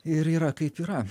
ir yra kaip yra